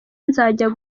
nzajya